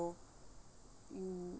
um